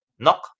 Knock